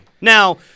Now